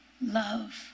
love